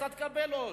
אתה תקבל עוד.